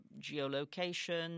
geolocation